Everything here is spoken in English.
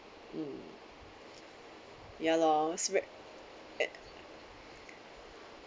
mm ya lor it's ve~ uh